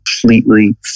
completely